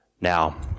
now